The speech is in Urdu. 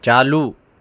چالو